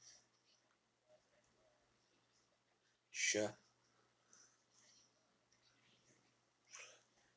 sure